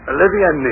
Olivia